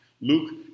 luke